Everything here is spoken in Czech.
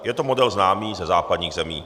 Je to model známý ze západních zemí.